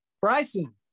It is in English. Bryson